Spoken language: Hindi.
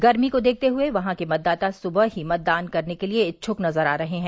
गर्मी को देखते हुए वहां के मतदाता सुबह ही मतदान करने के लिए इच्छुक नजर आ रहे हैं